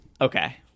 Okay